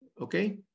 Okay